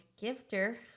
gifter